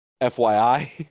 FYI